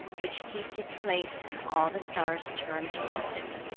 which keeps its place and all the stars turn towards it